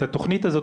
את התוכנית הזאת,